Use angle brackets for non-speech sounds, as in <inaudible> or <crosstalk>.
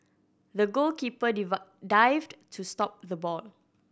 the goalkeeper <unintelligible> dived to stop the ball